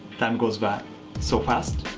time goes by so fast.